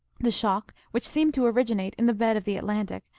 the shock, which seemed to originate in the bed of the atlantic,